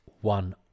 one